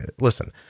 listen